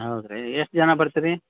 ಹೌದು ರೀ ಎಷ್ಟು ಜನ ಬರ್ತೀರಿ